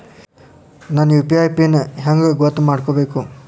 ನನ್ನ UPI pin ಹೆಂಗ್ ಗೊತ್ತ ಮಾಡ್ಕೋಬೇಕು?